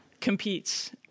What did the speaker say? competes